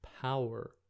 power